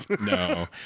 No